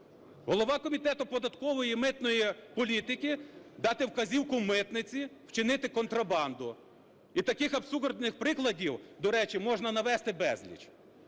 голова Комітету податкової та митної політики дати вказівку митниці вчинити контрабанду. І таких абсурдних прикладів, до речі, можна навести безліч.